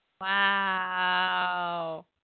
Wow